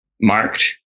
marked